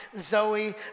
Zoe